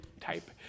type